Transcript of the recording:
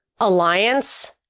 alliance